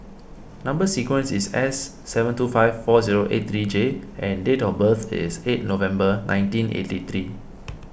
Number Sequence is S seven two five four zero eight three J and date of birth is eight November nineteen eighty three